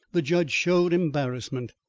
the judge showed embarrassment.